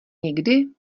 někdy